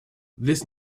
this